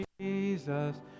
jesus